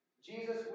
Jesus